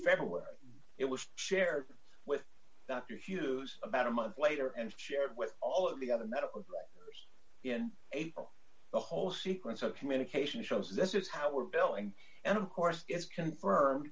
february it was shared with dr hughes about a month later and shared with all of the other medical in april the whole sequence of communication shows this is how we're billing and of course it's confirmed